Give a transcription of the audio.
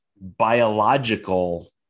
biological